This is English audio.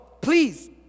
please